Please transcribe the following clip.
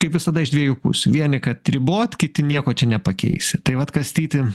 kaip visada iš dviejų pusių vieni kad ribot kiti nieko čia nepakeisi tai vat kastyti